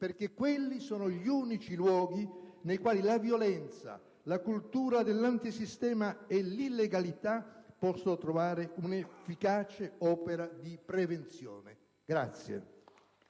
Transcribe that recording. perché quelli sono gli unici luoghi dove la violenza, la cultura dell'antisistema e l'illegalità possono trovare un'efficace opera di prevenzione.